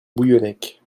bouillonnec